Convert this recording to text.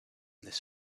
this